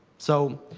so,